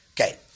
Okay